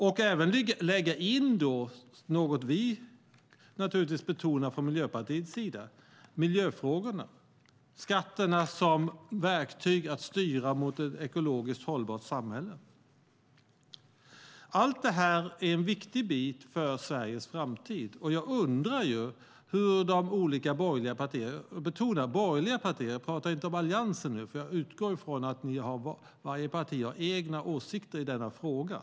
Då får vi även lägga in något som vi naturligtvis betonar från Miljöpartiets sida, nämligen miljöfrågorna, skatterna som verktyg för att styra mot ett ekologiskt hållbart samhälle. Allt det här är en viktig bit för Sveriges framtid. Jag undrar ju var de olika borgerliga partierna står. Jag betonar borgerliga partier, jag pratar inte om Alliansen nu, för jag utgår från att varje parti har egna åsikter i denna fråga.